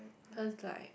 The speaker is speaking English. cause like